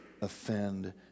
offend